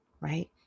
right